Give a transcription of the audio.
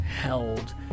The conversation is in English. held